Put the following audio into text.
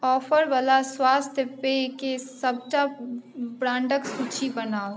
ऑफरवला स्वास्थ्य पेयके सबटा ब्राण्डके सूची बनाउ